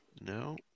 No